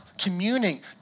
communing